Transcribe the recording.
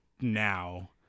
now